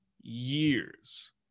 years